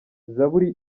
zaburi